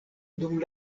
dum